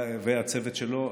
והצוות שלו.